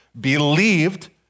believed